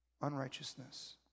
Unrighteousness